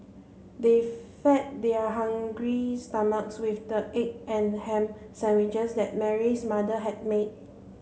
they fed their hungry stomachs with the egg and ham sandwiches that Mary's mother had made